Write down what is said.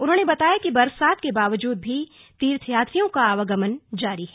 उन्होंने बताया कि बरसात के बावजूद भी तीर्थयात्रियों का आवागमन जारी है